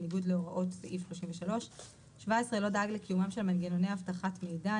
בניגוד להוראות סעיף 33. לא דאג לקיומם של מנגנוני אבטחת מידע,